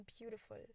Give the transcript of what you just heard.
beautiful